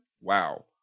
Wow